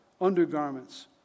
undergarments